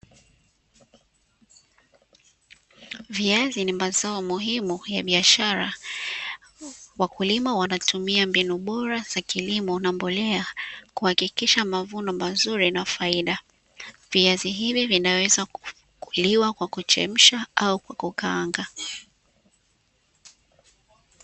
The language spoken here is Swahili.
Viazi ni mazao muhimu ya biashara, wakulima wanatumia mbinu bora za kilimo na mbolea kuhakikisha mavuno mazuri na faida. Viazi hivi vinaweza kuliwa kwa kuchemsha au kukaanga.